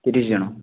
ତିରିଶ ଜଣ